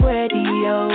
Radio